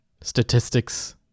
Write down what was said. statistics